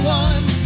one